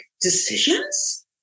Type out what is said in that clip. decisions